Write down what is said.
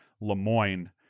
LeMoyne